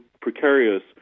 precarious